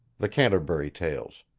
the canterbury tales